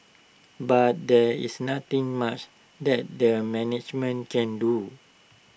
but there is nothing much that their management can do